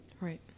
Right